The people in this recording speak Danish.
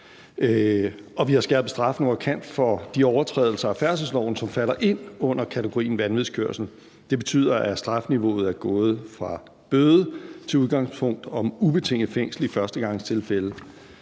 Vi har skærpet straffen markant for de overtrædelser af færdselsloven, som falder ind under kategorien vanvidskørsel. Det betyder, at strafniveauet er gået fra bøde til et udgangspunkt om ubetinget fængsel i førstegangstilfælde.